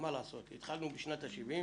התחלנו בשנת ה-70,